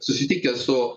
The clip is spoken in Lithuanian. susitikęs su